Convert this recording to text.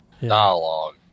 dialogue